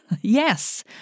Yes